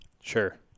Sure